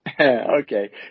Okay